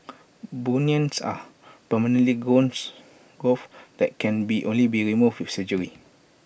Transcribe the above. bunions are permanent growths and can only be removed with surgery